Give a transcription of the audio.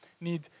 need